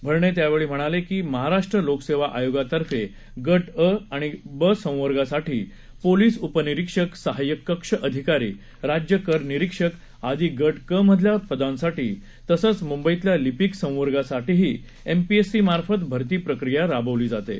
भरणे यावेळी म्हणाले की महाराष्ट्र लोकसेवा आयोगातर्फे गट अ आणि ब संवर्गासाठी पोलीस उपनिरीक्षक सहायक कक्ष अधिकारी राज्य कर निरीक्षक आदी गट क मधल्या पदांसाठी तसंच मुंबईतल्या लिपिक संवर्गासाठीही एमपीएससीमार्फत भरती प्रक्रिया राबवली जाते